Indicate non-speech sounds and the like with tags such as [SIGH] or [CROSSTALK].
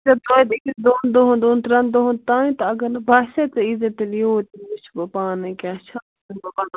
یِتھٕ کٔنۍ توتہِ أکِس دۄن دۄہَن دۄن ترٛٮ۪ن دۄہَن تانۍ تہٕ اَگر نہٕ باسے ژٕ ییٖزِ تیٚلہِ یوٗرۍ بہٕ وُچھٕ تیٚلہِ پانَے کیٛاہ چھُِ [UNINTELLIGIBLE]